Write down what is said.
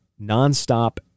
nonstop